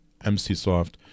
MCSoft